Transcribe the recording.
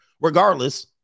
Regardless